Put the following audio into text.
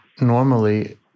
normally